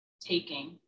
taking